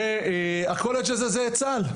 והקולג' הזה זה צה"ל.